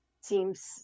seems